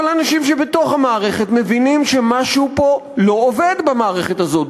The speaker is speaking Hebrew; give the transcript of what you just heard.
אנשים שנמצאים בתוך המערכת מבינים שמשהו פה לא עובד במערכת הזאת,